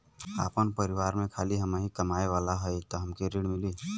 आपन परिवार में खाली हमहीं कमाये वाला हई तह हमके ऋण मिली?